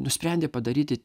nusprendė padaryti